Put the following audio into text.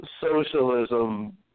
socialism